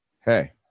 hey